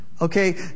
Okay